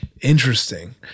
interesting